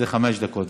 זה חמש דקות.